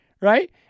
right